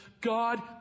God